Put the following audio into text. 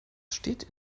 steht